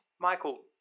Michael